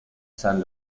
san